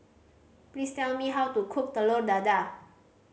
please tell me how to cook Telur Dadah